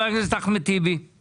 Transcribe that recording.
חבר הכנסת אחמד טיבי,